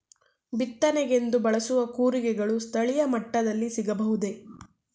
ಬಿತ್ತನೆಗೆಂದು ಬಳಸುವ ಕೂರಿಗೆಗಳು ಸ್ಥಳೀಯ ಮಟ್ಟದಲ್ಲಿ ಸಿಗಬಹುದೇ?